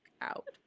out